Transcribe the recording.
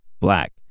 black